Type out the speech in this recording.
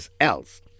else